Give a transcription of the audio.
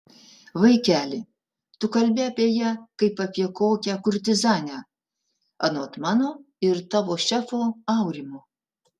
vaikeli tu kalbi apie ją kaip apie kokią kurtizanę anot mano ir tavo šefo aurimo